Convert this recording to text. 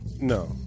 No